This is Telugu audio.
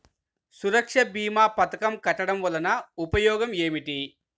సురక్ష భీమా పథకం కట్టడం వలన ఉపయోగం ఏమిటి?